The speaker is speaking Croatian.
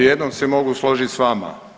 U jednom se mogu složiti s vama.